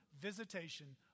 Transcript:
visitation